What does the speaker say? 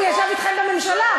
הוא ישב אתכם בממשלה.